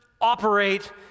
operate